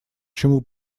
чему